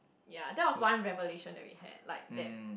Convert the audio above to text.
ya that was one revelation that we had like that